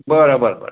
बरं बरं बरं